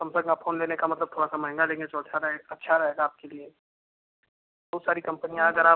Samsung आपको लेने का मतलब थोड़ा सा महंगा लेंगे तो रहे अच्छा रहेगा आपके लिए बहुत सारी कंपनियाँ अगर आप